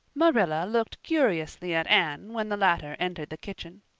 marilla looked curiously at anne when the latter entered the kitchen.